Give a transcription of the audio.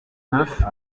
neuf